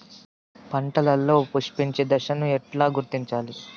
పంటలలో పుష్పించే దశను ఎట్లా గుర్తించాలి?